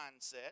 mindset